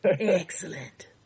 excellent